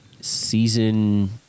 season